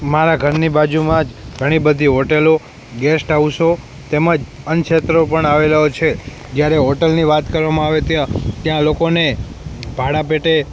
મારા ઘરની બાજુમાં જ ઘણી બધી હોટૅલો ગેસ્ટ હાઉસો તેમજ અન્નક્ષેત્રો પણ આવેલાં હોય છે જયારે હોટૅલની વાત કરવામાં આવે તો ત્યાં લોકોને ભાડાં પેટે